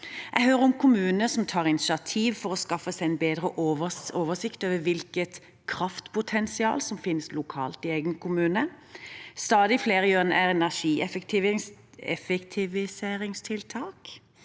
Jeg hører om kommuner som tar initiativ til å skaffe seg en bedre oversikt over hvilket kraftpotensial som finnes lokalt i egen kommune. Stadig flere gjør energieffektiviseringstiltak